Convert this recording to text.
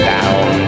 Down